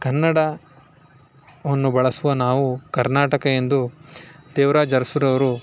ಕನ್ನಡವನ್ನು ಬಳಸುವ ನಾವು ಕರ್ನಾಟಕ ಎಂದು ದೇವರಾಜ ಅರಸುರವ್ರು